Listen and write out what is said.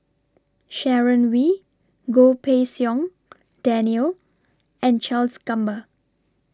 Sharon Wee Goh Pei Siong Daniel and Charles Gamba